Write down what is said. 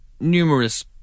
numerous